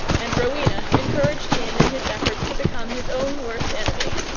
and rowena encouraged him in his efforts to become his own worst enemy,